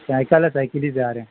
cycle ہے cycle ہی سے آ رہے ہیں